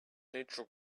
neutral